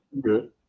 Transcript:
Good